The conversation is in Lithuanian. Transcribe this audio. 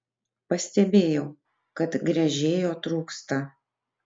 pastebėjau kad gręžėjo trūksta